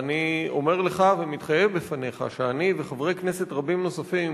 אני אומר לך ומתחייב בפניך שאני וחברי כנסת רבים נוספים